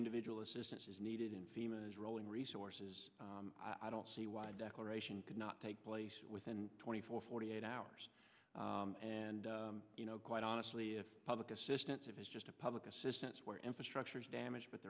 individual assistance is needed in famous rolling resources i don't see why a declaration could not take place within twenty four forty eight hours and you know quite honestly if public assistance if it's just a public assistance for infrastructure is damaged but